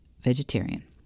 vegetarian